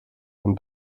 und